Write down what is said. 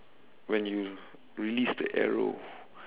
when you release the arrow